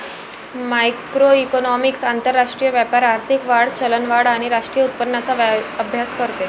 macroeconomics आंतरराष्ट्रीय व्यापार, आर्थिक वाढ, चलनवाढ आणि राष्ट्रीय उत्पन्नाचा अभ्यास करते